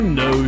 no